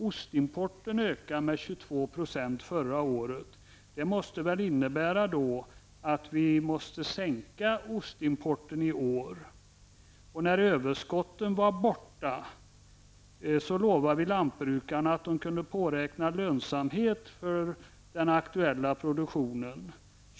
Ostimporten ökade med 22 % förra året. Det innebär väl att vi måste sänka ostimporten i år. Vi lovade lantbrukarna att när överskotten är borta kunde de påräkna lönsamhet för den aktuella produktionen.